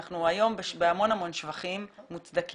אנחנו היום בהמון שבחים מוצדקים,